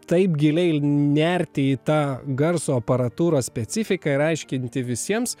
taip giliai nerti į tą garso aparatūros specifiką ir aiškinti visiems